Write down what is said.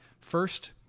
first